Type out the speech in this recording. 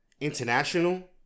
international